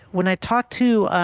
when i talked to,